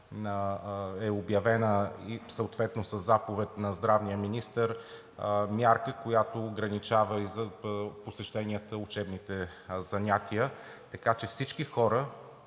е обявена съответно със заповед на здравния министър мярка, която ограничава посещенията на учебните занятия, така че всички хора